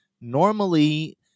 normally